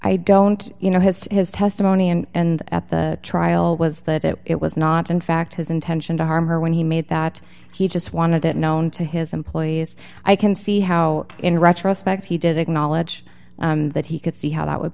i don't you know has his testimony and at the trial was that it was not in fact his intention to harm her when he made that he just wanted it known to his employees i can see how in retrospect he did acknowledge that he could see how that would